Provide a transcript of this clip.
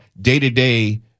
day-to-day